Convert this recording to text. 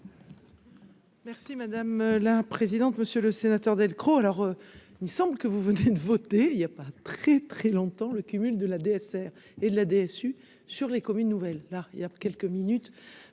Merci madame la présidente, monsieur le sénateur Delcros, alors il me semble que vous venez de voter, il y a pas très très longtemps, le cumul de la DSR et de la DSU, sur les communes nouvelles, là il y a quelques minutes,